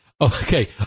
Okay